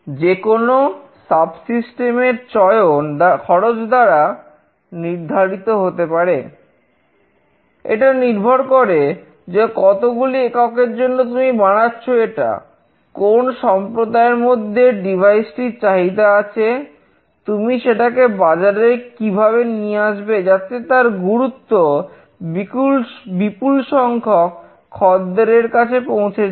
যেকোনো subsystem টির চাহিদা আছে তুমি কিভাবে সেটাকে বাজারে নিয়ে আসবে যাতে তার গুরুত্ব বিপুল সংখ্যক খদ্দেরের কাছে পৌঁছে যায়